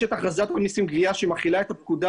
יש את הכרזת המיסים גבייה שמחילה את הפקודה